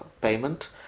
payment